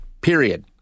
period